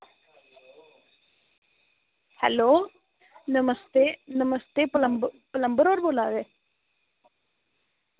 hello नमस्ते नमस्ते plumber होर बोल्ला दे